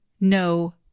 no